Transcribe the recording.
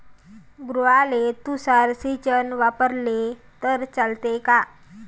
गव्हाले तुषार सिंचन वापरले तर चालते का?